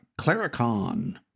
Claricon